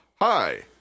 Hi